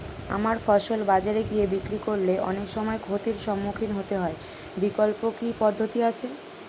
আমার ফসল বাজারে গিয়ে বিক্রি করলে অনেক সময় ক্ষতির সম্মুখীন হতে হয় বিকল্প কি পদ্ধতি আছে?